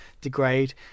degrade